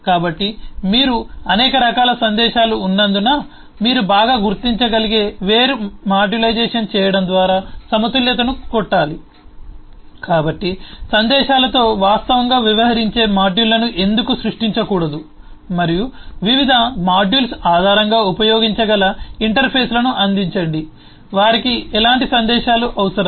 కాబట్టి మీరు అనేక రకాల సందేశాలు ఉన్నందున మీరు బాగా గుర్తించగలిగే వేరే మాడ్యులైజేషన్ చేయడం ద్వారా సమతుల్యతను కొట్టాలి కాబట్టి సందేశాలతో వాస్తవంగా వ్యవహరించే మాడ్యూల్ను ఎందుకు సృష్టించకూడదు మరియు వివిధ మాడ్యూల్స్ ఆధారంగా ఉపయోగించగల ఇంటర్ఫేస్ లను అందించండి వారికి ఎలాంటి సందేశాలు అవసరం